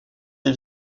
les